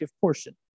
portion